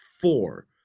Four